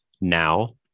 now